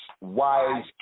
wise